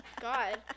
God